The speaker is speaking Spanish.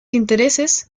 intereses